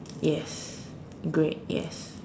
yes great yes